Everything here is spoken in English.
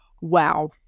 Wow